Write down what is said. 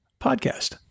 podcast